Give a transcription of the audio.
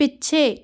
ਪਿੱਛੇ